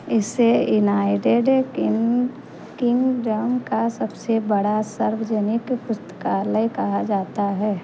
इसे United King Kingdom का सबसे बड़ा सार्वजनिक पुस्तकालय कहा जाता है